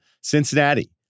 Cincinnati